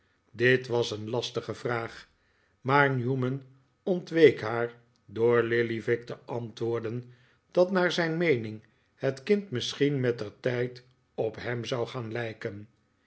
dit was een lastige vraag maar newman ontweek haar door lillyvick te antwoorden dat naar zijn meening het kind misschien mettertijd op hem zou gaan lijken